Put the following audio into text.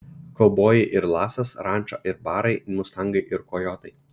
kaubojai ir lasas ranča ir barai mustangai ir kojotai